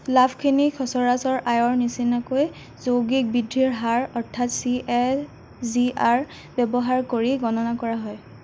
লাভখিনি সচৰাচৰ আয়ৰ নিচিনাকৈ যৌগিক বৃদ্ধিৰ হাৰ অৰ্থাৎ চি এ জি আৰ ব্যৱহাৰ কৰি গণনা কৰা হয়